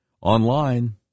online